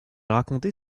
raconter